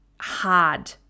hard